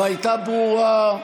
והייתה ברורה,